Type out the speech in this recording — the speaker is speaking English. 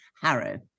Harrow